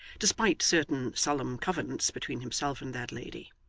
despite certain solemn covenants between himself and that lady.